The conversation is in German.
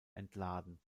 entladen